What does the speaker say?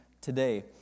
today